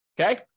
Okay